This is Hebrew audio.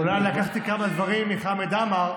אולי לקחתי כמה דברים מחמד עמאר,